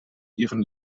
ihren